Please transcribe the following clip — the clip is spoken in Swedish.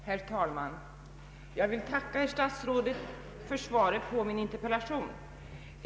Herr talman! Jag tackar statsrådet för svaret på min interpellation.